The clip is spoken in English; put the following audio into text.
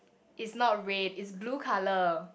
is not red is blue colour